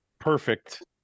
perfect